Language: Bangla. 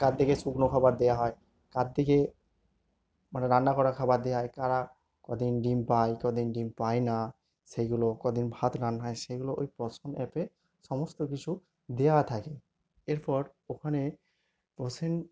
কার দিকে শুকনো খাবার দেওয়া হয় কার দিকে মানে রান্না করা খাবার দেওয়া হয় কারা কদিন ডিম পায় কদিন ডিম পায় না সেইগুলো কদিন ভাত রান্না হয় সেগুলো ওই পোষণ অ্যাপে সমস্ত কিছু দেওয়া থাকে এরপর ওখানে পোষণ